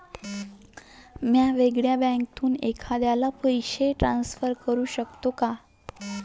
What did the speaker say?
म्या वेगळ्या बँकेतून एखाद्याला पैसे ट्रान्सफर करू शकतो का?